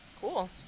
Cool